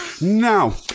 now